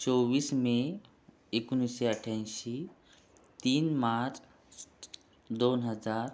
चोवीस मे एकोणीसशे अठ्ठ्याऐंशी तीन मार्च दोन हजार